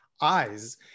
eyes